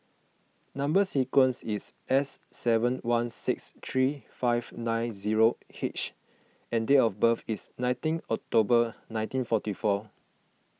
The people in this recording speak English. Number Sequence is S seven one six three five nine zero H and date of birth is nineteen October nineteen forty four